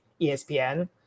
ESPN